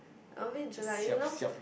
a bit Jelat you know